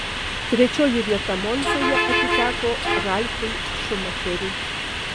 trečioji vieta monzoje atiteko ralfui šumacheriui